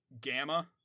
gamma